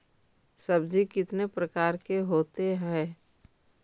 सब्जी कितने प्रकार के होते है?